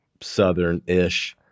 southern-ish